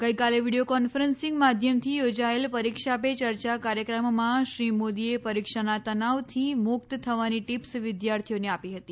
ગઈકાલે video conferencing માધ્યમથી યોજાયેલ પરીક્ષા પે ચર્ચા કાર્યક્રમમાં શ્રી મોદીએ પરીક્ષાના તનાવથી મુક્ત થવાની ટિપ્સ વિદ્યાર્થીઓને આપી હતી